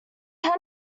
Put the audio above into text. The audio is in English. had